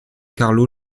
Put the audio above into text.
carlo